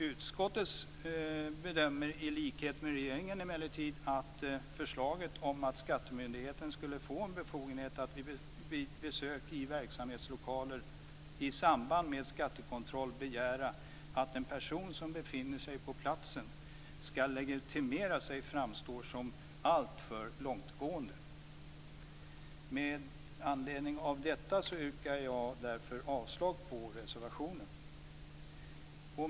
Utskottet bedömer, i likhet med regeringen, emellertid att förslaget om att skattemyndigheterna skulle få en befogenhet att vid besök i verksamhetslokaler i samband med skattekontroll begära att en person som befinner sig på platsen skall legitimera sig framstår som alltför långtgående. Med anledning av detta yrkar jag avslag på reservationen.